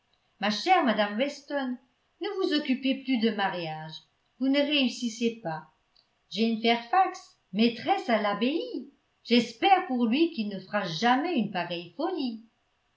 ma chère mme weston ne vous occupez plus de mariages vous ne réussissez pas jane fairfax maîtresse à l'abbaye j'espère pour lui qu'il ne fera jamais une pareille folie